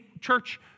church